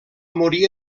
morir